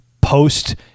post